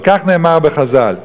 נאמר בחז"ל,